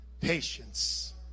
patience